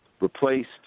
replaced